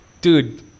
Dude